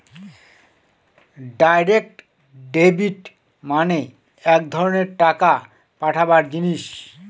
direct debit মানে এক ধরনের টাকা পাঠাবার জিনিস